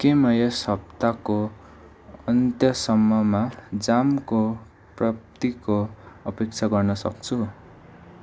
के म यस सप्ताहको अन्त्यसम्ममा जामको प्राप्तिको अपेक्षा गर्नसक्छु